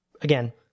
again